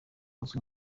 uzwi